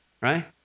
right